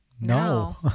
No